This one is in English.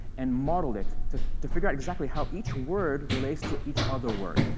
and modeled it to to figure out exactly how each word relates to each other word.